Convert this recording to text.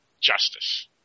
justice